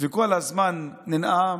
וכל הזמן ננאם,